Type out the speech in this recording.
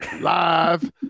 Live